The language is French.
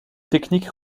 technique